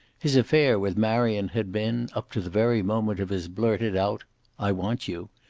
his affair with marion had been, up to the very moment of his blurted out i want you,